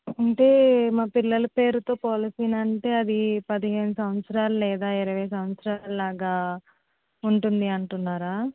అంటే మా పిల్లల పేరుతో పాలసీ అంటే అది పదిహేను సంవత్సరాలు లేదా ఇరవై సంవత్సరాలాగా ఉంటుంది అంటున్నారా